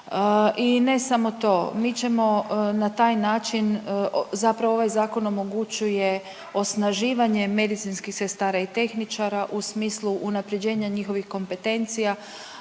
i ne samo to. Mi ćemo na taj način zapravo ovaj zakon omogućuje osnaživanje medicinskih sestara i tehničara u smislu unapređenja njihovih kompetencija.